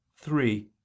three